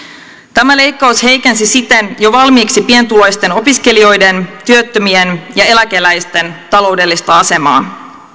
tämä leikkaus heikensi siten jo valmiiksi pienituloisten opiskelijoiden työttömien ja eläkeläisten taloudellista asemaa